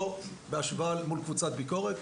לא בהשוואה לקבוצת ביקורת,